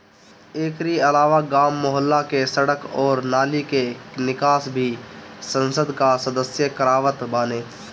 एकरी अलावा गांव, मुहल्ला के सड़क अउरी नाली के निकास भी संसद कअ सदस्य करवावत बाने